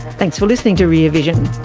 thanks for listening to rear vision